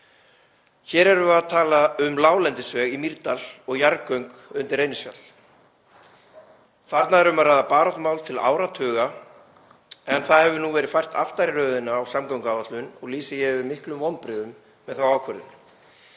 Hér erum við að tala um láglendisveg í Mýrdal og jarðgöng undir Reynisfjall. Þarna er um að ræða baráttumál til áratuga en það hefur nú verið fært aftar í röðina í samgönguáætlun og lýsi ég yfir miklum vonbrigðum með þá ákvörðun.